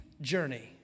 journey